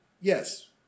yes